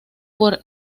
por